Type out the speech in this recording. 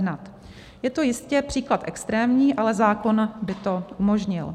Je to jistě příklad extrémní, ale zákon by to umožnil.